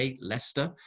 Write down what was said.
Leicester